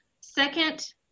Second